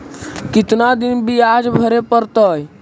कितना दिन बियाज भरे परतैय?